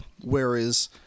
whereas